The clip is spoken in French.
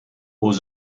aux